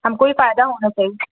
हमको भी फ़ायदा होना चाहिए